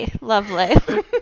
Lovely